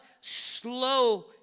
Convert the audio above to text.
Slow